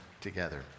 together